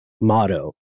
motto